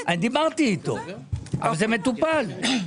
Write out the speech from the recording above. דיברתי איתו, זה מטופל.